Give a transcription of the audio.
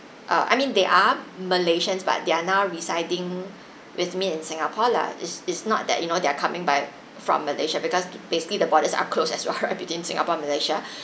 uh I mean they are malaysians but they're now residing with me in singapore lah is is not that you know they're are coming by from malaysia because basically the borders are closed as well right within singapore and malaysia